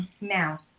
now